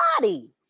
body